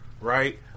right